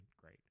great